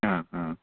हा हा